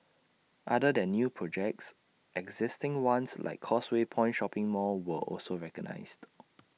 other than new projects existing ones like causeway point shopping mall were also recognised